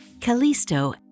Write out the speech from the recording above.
Callisto